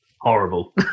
horrible